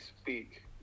speak